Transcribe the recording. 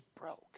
broke